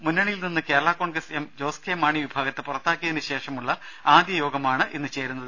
മുന്നണിയിൽ നിന്ന് Kerala Congress M Jose K Mani വിഭാഗത്തെ പുറത്താക്കിയതിന് ശേഷമുള്ള ആദ്യയോഗമാണ് ഇന്ന് ചേരുന്നത്